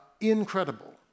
incredible